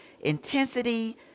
intensity